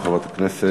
תודה לחברת הכנסת.